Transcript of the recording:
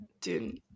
dude